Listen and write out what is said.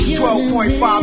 12.5